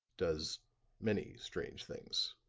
does many strange things.